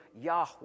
Yahweh